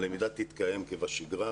הלמידה תתקיים כבשגרה